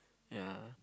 ya